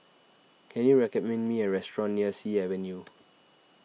can you recommend me a restaurant near Sea Avenue